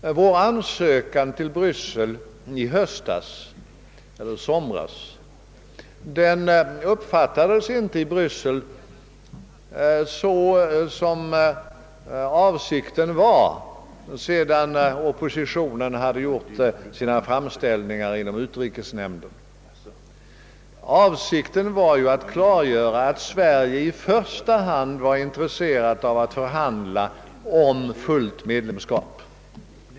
Vår ansökan till Bryssel i somras uppfattades inte där såsom avsikten var, sedan oppositionen hade gjort sina framställningar inom utrikesnämnden. Avsikten var ju att klargöra att Sverige i första hand var intresserat av att förhandla om fullt medlemskap.